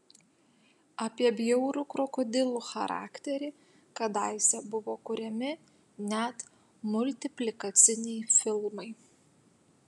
apie bjaurų krokodilų charakterį kadaise buvo kuriami net multiplikaciniai filmai